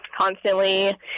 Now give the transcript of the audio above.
constantly